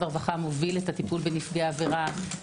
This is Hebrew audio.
הרווחה מוביל את הטיפול בנפגעי עבירה.